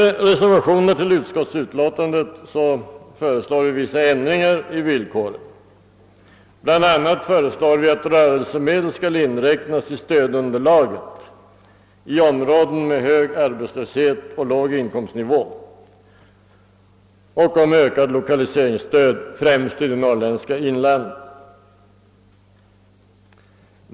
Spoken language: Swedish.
I reservationer till utskottsutlåtandet föreslår vi från oppositionens sida vissa ändringar av villkoren för lokaliseringsstöd. Bl.a. önskar vi att rörelsemedel skall inräknas i stödunderlaget när det gäller områden med hög arbetslöshet och låg inkomstnivå samt ökat lokaliseringsstöd, främst i det norrländska inlandet.